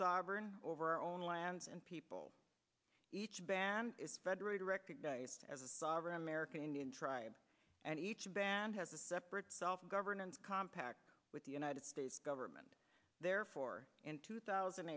sovereign over our own lands and people each band is federally recognized as a sovereign american indian tribe and each band has a separate self governance compact with the united states government therefore in two thousand